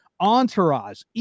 entourage